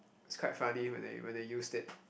it's quite funny when they when they use it